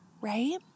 right